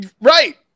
Right